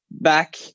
Back